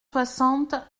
soixante